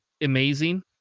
amazing